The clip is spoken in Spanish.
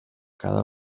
cada